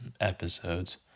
episodes